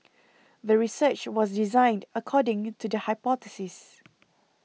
the research was designed accordingly to the hypothesis